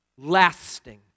lasting